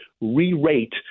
re-rate